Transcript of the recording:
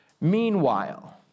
Meanwhile